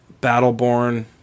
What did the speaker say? battleborn